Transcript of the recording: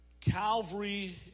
Calvary